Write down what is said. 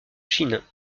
chine